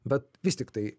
bet vis tiktai